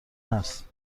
هست